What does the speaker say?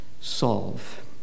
solve